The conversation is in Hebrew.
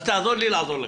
אז תעזור לי לעזור לך.